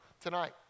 tonight